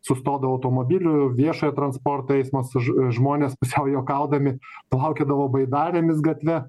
sustodavo automobilių ir viešojo transporto eismas ž žmonės pusiau juokaudami plaukiodavo baidarėmis gatve